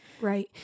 Right